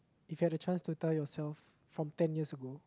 if had a chance to tell yourself from ten years ago